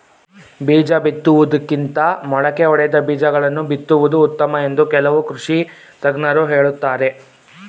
ಬೀಜ ಬಿತ್ತುವುದಕ್ಕಿಂತ ಮೊಳಕೆ ಒಡೆದ ಬೀಜಗಳನ್ನು ಬಿತ್ತುವುದು ಉತ್ತಮ ಎಂದು ಕೆಲವು ಕೃಷಿ ತಜ್ಞರು ಹೇಳುತ್ತಾರೆ